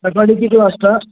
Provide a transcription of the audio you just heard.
सकाळी किती वाजता